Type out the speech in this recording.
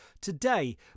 today